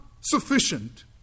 sufficient